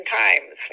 times